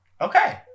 Okay